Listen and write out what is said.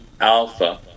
Alpha